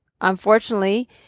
unfortunately